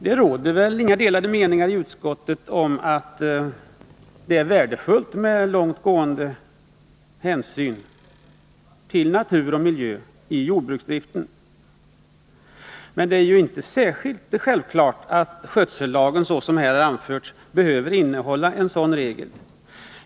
Det råder inga delade meningar i utskottet om att det är värdefullt med långtgående hänsyn till natur och miljö i jordbruksdriften. Men det är inte självklart att skötsellagen behöver innehålla en sådan regel.